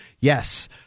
Yes